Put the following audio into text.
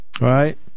right